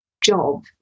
job